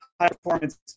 high-performance